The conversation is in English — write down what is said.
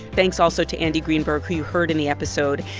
thanks also to andy greenberg, who you heard in the episode.